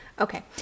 Okay